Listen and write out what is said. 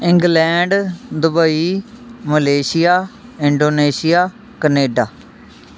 England Dubai Malaysia Indonesia Canada